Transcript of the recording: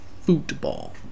Football